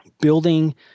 building